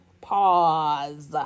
Pause